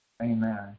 Amen